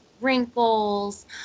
wrinkles